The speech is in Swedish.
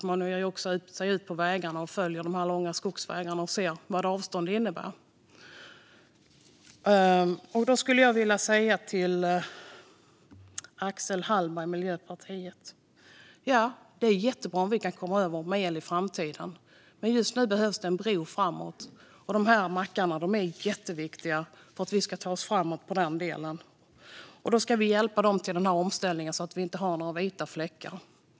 Man ger sig ut på vägarna, följer de långa skogsvägarna och ser vad avstånd innebär. Jag skulle vilja säga något till Axel Hallberg från Miljöpartiet. Det är jättebra om vi kan komma över till el i framtiden, men just nu behövs det en bro framåt. De här mackarna är jätteviktiga för att vi ska ta oss framåt i den delen. Vi ska hjälpa dem till den här omställningen, så att vi inte har några vita fläckar.